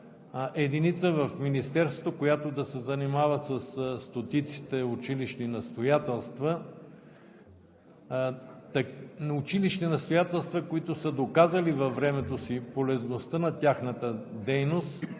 единица в Министерството, която да се занимава със стотиците училищни настоятелства, които са доказали във времето полезността на тяхната дейност